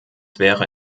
wäre